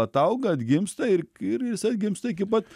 atauga atgimsta ir ir jis atgimsta iki pat